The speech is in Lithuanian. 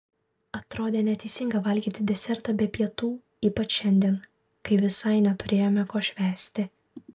atrodė neteisinga valgyti desertą be pietų ypač šiandien kai visai neturėjome ko švęsti